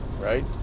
right